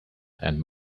and